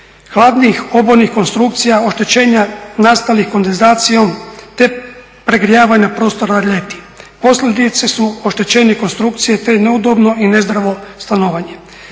hladnih obolnih konstrukcija, oštećenja nastalih kondenzacijom, te pregrijavanja prostora ljeti. Posljedice su oštećenje konstrukcije, te neudobno i nezdravo stanovanje.